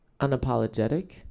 Unapologetic